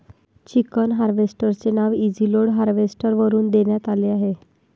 chicken harvester चे नाव easy load harvester वरून देण्यात आले आहे